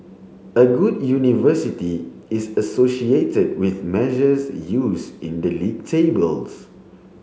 a good university is associated with measures used in the league tables